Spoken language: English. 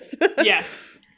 Yes